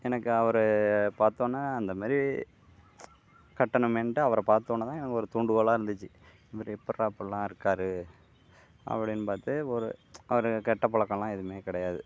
எனக்கு அவரை பாத்தோடனே அந்த மாதிரி கட்டணுமேன்ட்டு அவரை பாத்தோடன தான் எனக்கு ஒரு தூண்டுகோலாக இருந்துச்சு இந்த மாதிரி எப்பிட்றா அப்புடில்லாம் இருக்கார் அப்படின்னு பார்த்து ஒரு ஒரு கெட்ட பழக்கம்லாம் எதுவுமே கிடையாது